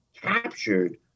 captured